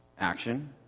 Action